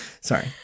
Sorry